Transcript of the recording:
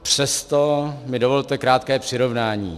Přesto mi dovolte krátké přirovnání.